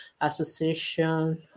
association